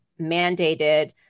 mandated